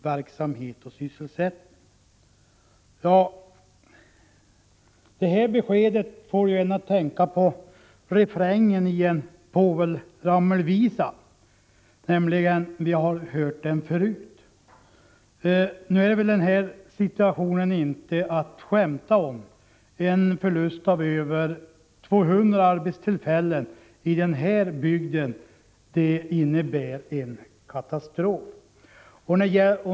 Herr talman! Industriministern säger i sitt interpellationssvar att regeringen utgår ifrån att Rauma Repola tar sitt regionalpolitiska ansvar genom fortsatt drift av Stenselefabriken eller ordnar alternativ verksamhet och sysselsättning. Det här beskedet får en att tänka på refrängen i en visa av Povel Ramel: Vi har hört den förut. Nu är den här situationen inte att skämta om. En förlust av över 200 arbetstillfällen i den här bygden innebär en katastrof.